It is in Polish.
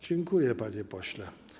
Dziękuję, panie pośle.